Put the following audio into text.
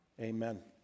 Amen